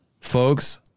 folks